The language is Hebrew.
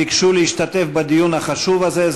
ביקשו להשתתף בדיון החשוב הזה.